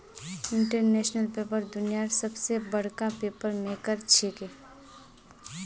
international paper दुनियार सबस बडका पेपर मेकर छिके